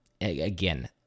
again